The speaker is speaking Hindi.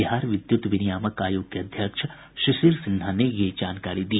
बिहार विद्युत विनियामक आयोग के अध्यक्ष शिशिर सिन्हा ने ये जानकारी दी